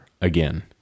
again